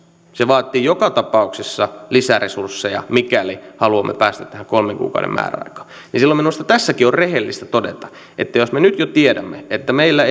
se vaatii joka tapauksessa lisäresursseja mikäli haluamme päästä tähän kolmen kuukauden määräaikaan silloin minusta tässäkin on rehellistä todeta että jos me nyt jo tiedämme että meillä